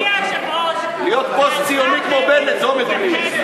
לעבוד על הציבור בעיניים זה לא מדיניות.